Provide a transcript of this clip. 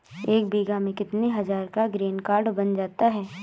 एक बीघा में कितनी हज़ार का ग्रीनकार्ड बन जाता है?